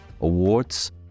awards